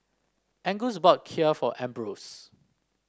Angus bought Kheer for Ambrose